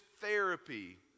therapy